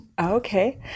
Okay